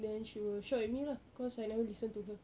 then she will shout at me lah cause I never listen to her